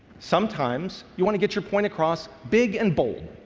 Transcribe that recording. sometimes you want to get your point across big and bold.